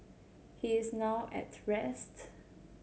he is now at rest